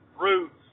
Roots